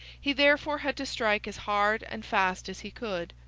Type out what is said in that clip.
he therefore had to strike as hard and fast as he could,